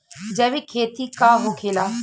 जैविक खेती का होखेला?